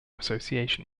association